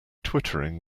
twittering